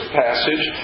passage